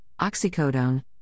oxycodone